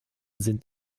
sind